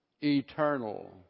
eternal